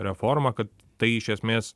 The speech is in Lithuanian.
reforma kad tai iš esmės